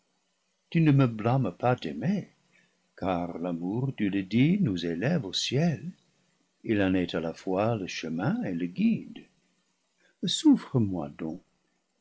tu ne me blâmes pas d'aimer car l'amour tu le dis nous élève au ciel il en est à la fois le chemin et le guide souffre moi donc